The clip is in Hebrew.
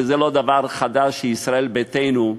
וזה לא דבר חדש שישראל ביתנו,